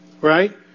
right